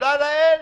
תודה לאל,